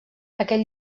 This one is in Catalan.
aquest